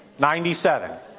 97